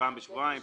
פעם בשבועיים,